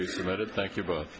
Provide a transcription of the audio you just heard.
be promoted thank you both